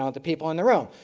ah the people in the room,